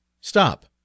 Stop